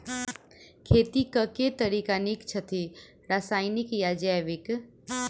खेती केँ के तरीका नीक छथि, रासायनिक या जैविक?